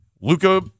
Luca